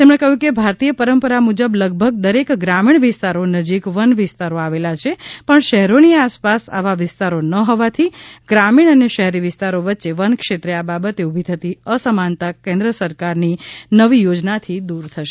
તેમણે કહ્યું કે ભારતીય પરંપરા મુજબ લગભગ દરેક ગ્રામીણ વિસ્તારો નજીક વન વિસ્તારો આવેલા છે પણ શહેરોની આસપાસ આવા વિસ્તારો ન હોવાથી ગ્રામીણ અને શહેરી વિસ્તારો વચ્ચે વન ક્ષેત્રે આ બાબતે ઉભી થતી અસમાનતા કેન્દ્ર સરકારની નવી યોજનાથી દૂર થશે